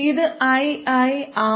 ഇത് ii Rs